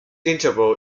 interval